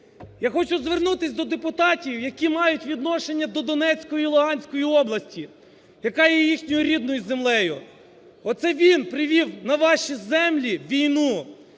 Я хочу звернутись до депутатів, які мають відношення до Донецької, Луганської області, яка є їхньою рідною землею. Оце він привів на ваші землі війну,